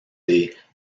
des